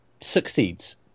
succeeds